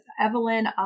Evelyn